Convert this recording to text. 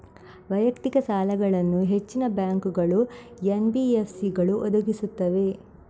ವೈಯಕ್ತಿಕ ಸಾಲಗಳನ್ನು ಹೆಚ್ಚಿನ ಬ್ಯಾಂಕುಗಳು, ಎನ್.ಬಿ.ಎಫ್.ಸಿಗಳು ಒದಗಿಸುತ್ತವೆ